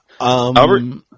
Albert